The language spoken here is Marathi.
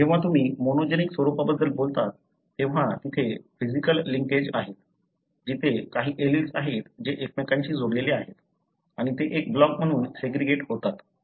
जेव्हा तुम्ही मोनोजेनिक स्वरूपाबद्दल बोलता तेव्हा तेथे फिज़िकल लिंकेज आहेत जिथे काही एलील्स आहेत ते एकमेकांशी जोडलेले आहेत आणि ते एक ब्लॉक म्हणून सेग्रीगेट होतात